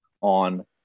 on –